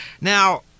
Now